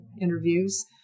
interviews